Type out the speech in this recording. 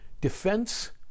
Defense